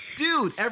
Dude